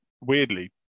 weirdly